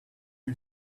you